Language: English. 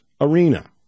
Arena